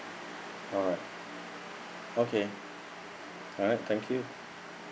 alright okay alright thank you